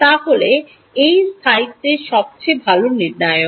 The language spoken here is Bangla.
তাহলে এই স্থায়িত্বের সবচেয়ে ভালো নির্ণায়ক